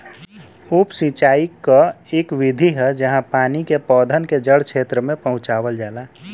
उप सिंचाई क इक विधि है जहाँ पानी के पौधन के जड़ क्षेत्र में पहुंचावल जाला